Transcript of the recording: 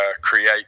create